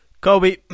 Kobe